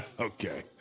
Okay